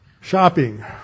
Shopping